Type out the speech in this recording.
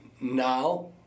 now